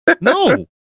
no